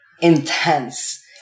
intense